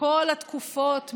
מכל התקופות,